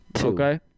Okay